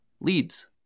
Leads